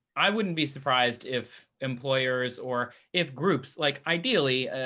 i wouldn't be surprised if employers, or if groups like, ideally,